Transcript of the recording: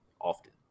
often